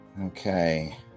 Okay